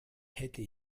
hätte